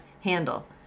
handle